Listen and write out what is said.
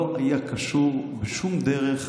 לא היה קשור בשום דרך